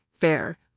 Fair